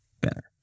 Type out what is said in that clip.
better